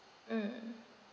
mm